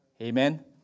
Amen